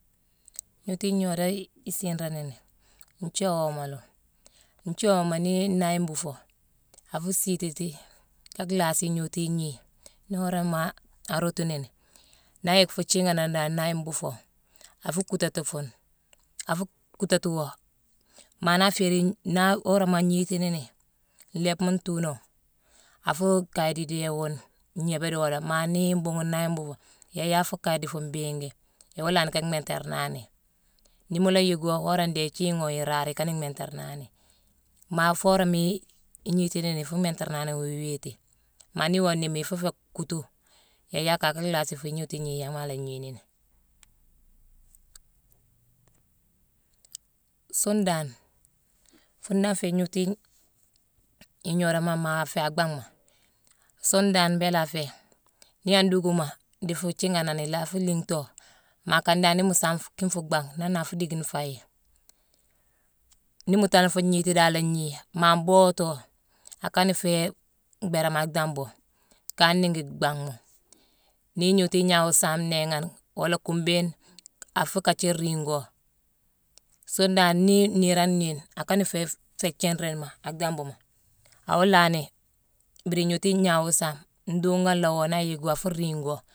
Nhoti nhodei i nsirennene njoóma lo, njoóma ne nai mbufo a fo sitete ka nlase inhoto inhi ni ora ma red a rotone na ieg fo tciganan dan nai mbufo a fo kutati fon a fog kutato wo ma na ferin ng na ora ma a nhitinene nlebma ntunoo, a fo a kai di deun nhebe di wodo ma nee kgbunghon nai mbufo ia ia fo kai di fo mbinge, i wa nlanne ka kmenternane ne mo la ieig ora ndee i tcinh oo irar kan kmenternane, ma fo ora mei inhiti ne i fo kmenternane wuo wite ma ne wa nemin fo fee kuto ia ia ka ke nlase fo inhoto inhi iangma la nhinene. Nson dan fon dan nhoti ng nhodan mag ma a feé a kgbanma, nson dan mbela afe ne luguma dee fo tciganan e ala fo linto ma kan dan ne mo sam fo kin fo kgban nan ne a fo dicgin fai. Ne mo talan fo nhiti dan ala nhi ma mboto kane fe kgberam agdambo ka ningi kgbanma ne inhoto i nhau nsam nenghan wola kumbeen a fo katce gringho. Nson dan ne neran nein kan fe fe tcerema adambo wa lanne mbre inhoto inhau sam ndongon lwo ne a ieg a fo gringho.